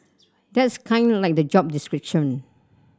that's kinda like the job description